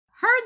heard